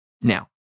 Now